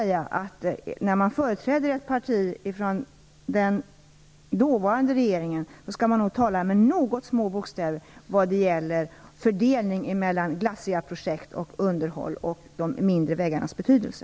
När man företräder ett parti från den tidigare regeringen skall man nog tala med något mindre bokstäver vad gäller fördelningen mellan glassiga projekt och underhåll och om de mindre vägarnas betydelse.